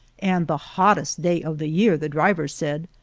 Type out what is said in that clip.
and the hottest day of the year, the driver said,